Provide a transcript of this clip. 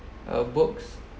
uh books